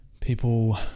people